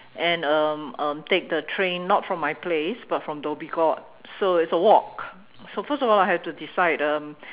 and um um take the train not from my place but from Dhoby Ghaut so it's a walk so first of all I have to decide uh